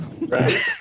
Right